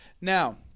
Now